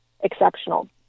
exceptional